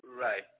Right